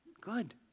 good